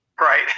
Right